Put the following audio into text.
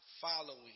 following